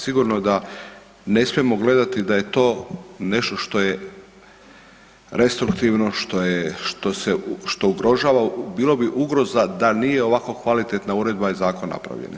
Sigurno da ne smijemo gledati da je to nešto što je restriktivno, što ugrožava, bilo bi ugroza da nije ovako kvalitetna uredba iz zakona napravljena.